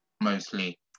Mostly